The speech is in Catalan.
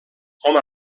com